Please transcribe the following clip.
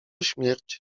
śmierć